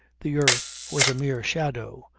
the earth was a mere shadow,